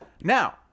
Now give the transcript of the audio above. Now